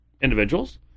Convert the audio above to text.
individuals